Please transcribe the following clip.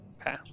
Okay